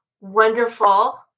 wonderful